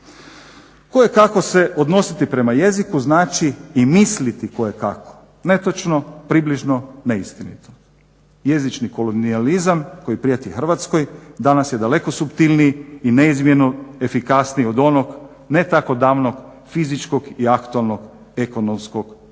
Kojekako se odnositi prema jeziku znači i misliti kojekako, netočno, približno, neistinito. Jezični kolumnijalizam koji prijeti Hrvatskoj danas je daleko suptilniji i neizmjerno efikasniji od onog ne tako davnog fizičkog i aktualnog ekonomskog potlaćivanja.